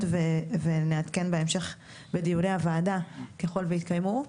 ונעדכן בהמשך בדיוני הוועדה ככל והתקיימו.